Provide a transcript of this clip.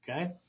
Okay